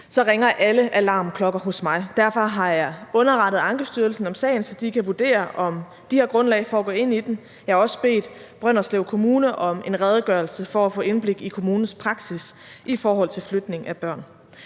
så ringer alle alarmklokker hos mig. Derfor har jeg underrettet Ankestyrelsen om sagen, så de kan vurdere, om de har grundlag for at gå ind i den. Jeg har også bedt Brønderslev Kommune om en redegørelse for at få indblik i kommunens praksis i forhold til flytning af børn.